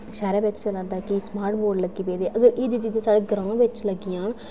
जियां शैह्रै बिच्च चलै करदा कि स्मार्ट बोर्ड लग्गी पेदे ते अगर एह् चीजां एह् साढ़े ग्रांऽ बिच्च लग्गी जाह्न